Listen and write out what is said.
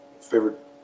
favorite